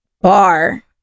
bar